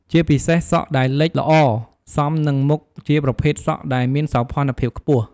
ជាពិសេសសក់ដែលលិចល្អសមនឹងមុខជាប្រភេទសក់ដែលមានសោភ័ណភាពខ្ពស់។